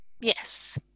Yes